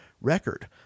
record